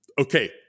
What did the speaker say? Okay